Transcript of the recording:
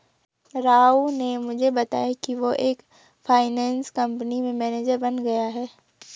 राव ने मुझे बताया कि वो एक फाइनेंस कंपनी में मैनेजर बन गया है